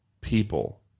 people